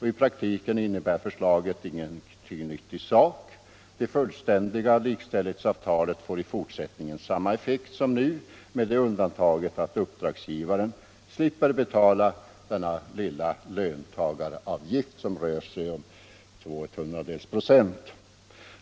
I praktiken innebär förslaget ingenting nytt i sak. Det fullständiga likställighetsavtalet får i fortsättningen samma effekt som nu, med det undantaget att uppdragsgivaren slipper betala den lilla löntagaravgift som rör sig om 0,02 96.